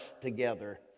together